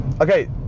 Okay